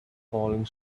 falling